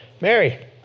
Mary